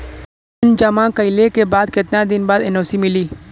Loan जमा कइले के कितना दिन बाद एन.ओ.सी मिली?